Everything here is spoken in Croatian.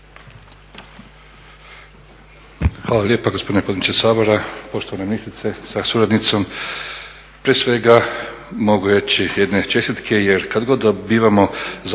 Hvala lijepo gospodine potpredsjedniče Sabora. Poštovana ministrice sa suradnicom. Prije svega mogu reći jedne čestitke jer kada god dobivamo